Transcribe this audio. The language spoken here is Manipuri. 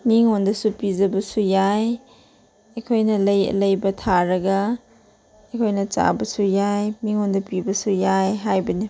ꯃꯤꯉꯣꯟꯗꯁꯨ ꯄꯤꯖꯕꯁꯨ ꯌꯥꯏ ꯑꯩꯈꯣꯏꯅ ꯂꯩꯕ ꯊꯥꯔꯒ ꯑꯩꯈꯣꯏꯅ ꯆꯥꯕꯁꯨ ꯌꯥꯏ ꯃꯤꯉꯣꯟꯗ ꯄꯤꯕꯁꯨ ꯌꯥꯏ ꯍꯥꯏꯕꯅꯤ